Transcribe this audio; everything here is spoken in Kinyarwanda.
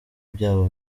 byabo